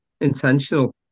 intentional